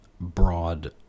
broad